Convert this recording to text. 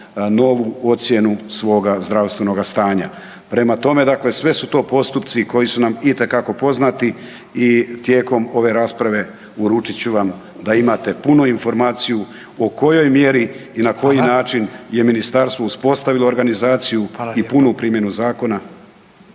novu ocjenu svoga zdravstvenoga stanja. Prema tome, dakle sve su to postupci koji su nam itekako poznati i tijekom ove rasprave, uručit ću vam da imate punu informaciju o kojoj mjeri i na koji način je ministarstvo uspostavilo organizaciju i punu primjenu zakona.